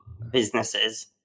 businesses